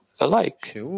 alike